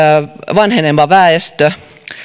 vanheneva väestö ja